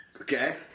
Okay